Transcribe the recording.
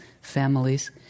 families